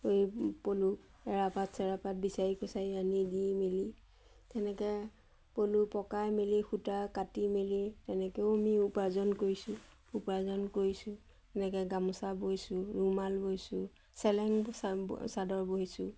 এই পলুক এৰাপাত চেৰাপাত বিচাৰি কুচাৰি আনি দি মেলি তেনেকৈ পলু পকাই মেলি সূতা কাটি মেলি তেনেকৈও আমি উপাৰ্জন কৰিছোঁ উপাৰ্জন কৰিছোঁ তেনেকৈ গামোচা বৈছোঁ ৰুমাল বৈছোঁ চেলেং চা চাদৰ বৈছোঁ